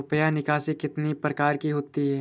रुपया निकासी कितनी प्रकार की होती है?